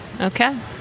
Okay